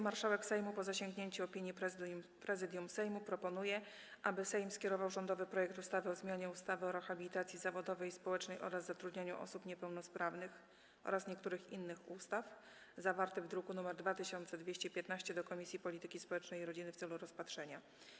Marszałek Sejmu, po zasięgnięciu opinii Prezydium Sejmu, proponuje, aby Sejm skierował rządowy projekt ustawy o zmianie ustawy o rehabilitacji zawodowej i społecznej oraz zatrudnianiu osób niepełnosprawnych oraz niektórych innych ustaw, zawarty w druku nr 2215, do Komisji Polityki Społecznej i Rodziny w celu rozpatrzenia.